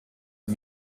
der